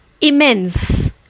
immense